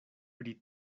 pri